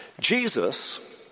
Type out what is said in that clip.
Jesus